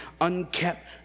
unkept